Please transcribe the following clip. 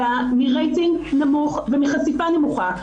אלא מרייטינג נמוך ומחשיפה נמוכה.